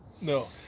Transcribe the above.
No